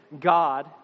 God